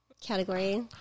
category